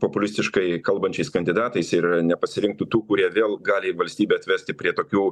populistiškai kalbančiais kandidatais ir nepasirinktų tų kurie vėl gali valstybę atvesti prie tokių